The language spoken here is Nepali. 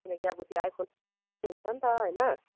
किनकि अब त्यो आइफोन हुन्छ नि त होइन